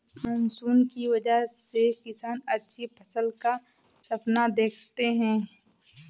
monsoon की वजह से किसान अच्छी फसल का सपना देखते हैं